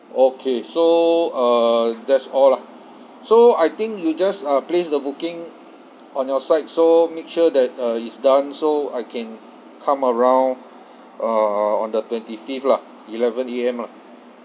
okay so uh that's all lah so I think you just uh place the booking on your side so make sure that uh it's done so I can come around uh on the twenty fifth lah eleven A_M lah